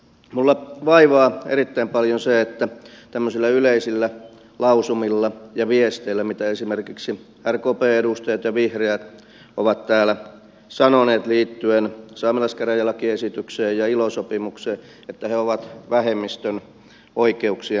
minua vaivaa erittäin paljon se että tämmöisillä yleisillä lausumilla ja viesteillä esimerkiksi rkpn edustajat ja vihreät ovat täällä sanoneet liittyen saamelaiskäräjälakiesitykseen ja ilo sopimukseen että he ovat vähemmistön oikeuksien puolustajia